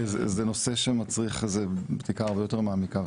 זה נושא שמצריך בדיקה הרבה יותר מעמיקה,